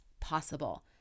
possible